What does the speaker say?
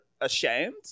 ashamed